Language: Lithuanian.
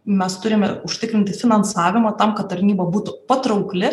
mes turime užtikrinti finansavimą tam kad tarnyba būtų patraukli